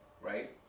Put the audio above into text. right